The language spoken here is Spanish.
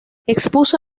expuso